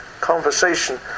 conversation